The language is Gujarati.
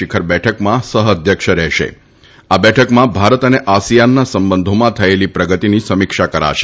શિખર બેઠકમાં સહ અધ્યક્ષ રહેશે આ બેઠકમાં ભારત અને આસીયાનના સંબંધોમાં થયેલી પ્રગતીની સમીક્ષા કરાશે